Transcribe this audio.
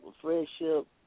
friendship